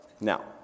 Now